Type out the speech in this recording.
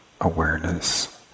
awareness